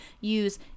use